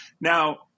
now